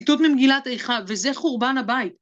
ציטוט ממגילת איכה, וזה חורבן הבית.